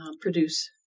produce